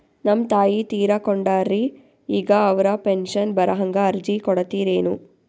ನಮ್ ತಾಯಿ ತೀರಕೊಂಡಾರ್ರಿ ಈಗ ಅವ್ರ ಪೆಂಶನ್ ಬರಹಂಗ ಅರ್ಜಿ ಕೊಡತೀರೆನು?